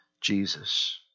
Jesus